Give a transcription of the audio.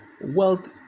Wealth